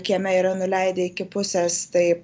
kieme yra nuleidę iki pusės tai